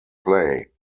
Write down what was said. play